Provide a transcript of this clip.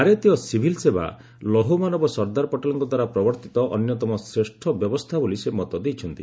ଭାରତୀୟ ସିଭିଲ୍ ସେବା ଲୌହମାନବ ସର୍ଦ୍ଦାର୍ ପଟେଲ୍ଙ୍କ ଦ୍ୱାରା ପ୍ରବର୍ତ୍ତିତ ଅନ୍ୟତମ ଶ୍ରେଷ୍ଠ ବ୍ୟବସ୍ଥା ବୋଲି ସେ ମତ ଦେଇଛନ୍ତି